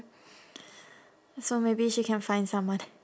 so maybe she can find someone